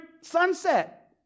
sunset